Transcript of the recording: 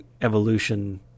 evolution